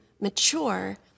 mature